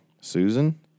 Susan